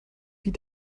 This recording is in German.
wie